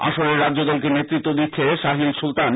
আসরে রাজ্যদলকে নেতৃত্ব দিচ্ছে সাহিল সুলতান